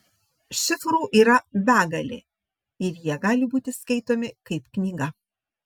šifrų yra begalė ir jie gali būti skaitomi kaip knyga